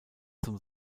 zum